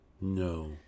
No